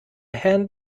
hand